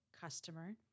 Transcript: customer